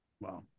Wow